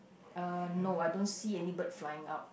uh no I don't see any bird flying out